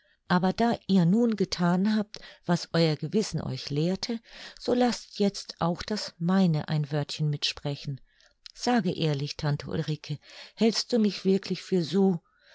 aber da ihr nun gethan habt was euer gewissen euch lehrte so laßt jetzt auch das meine ein wörtchen mitsprechen sage ehrlich tante ulrike hältst du mich wirklich für so